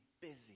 busy